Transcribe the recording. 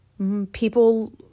People